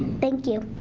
thank you.